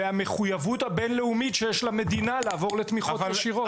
והמחויבות הבין-לאומית שיש למדינה לעבור לתמיכות ישירות.